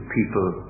people